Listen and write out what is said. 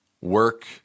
work